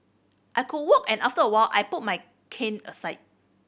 I could walk and after a while I put my cane aside